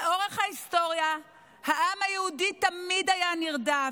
לאורך ההיסטוריה העם היהודי תמיד היה נרדף,